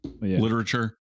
literature